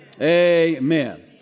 Amen